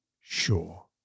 Sure